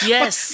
Yes